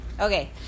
Okay